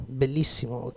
bellissimo